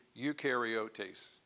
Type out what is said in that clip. eukaryotes